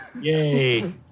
Yay